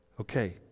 Okay